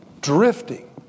drifting